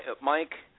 Mike